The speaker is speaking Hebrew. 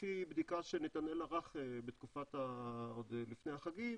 לפי בדיקה שנתנאל ערך עוד לפני החגים,